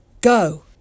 Go